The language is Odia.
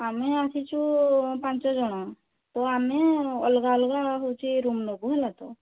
ଆମେ ଆସିଛୁ ପାଞ୍ଚ ଜଣ ତ ଆମେ ଅଲଗା ଅଲଗା ହେଉଛି ରୁମ୍ ନେବୁ ହେଲା ତ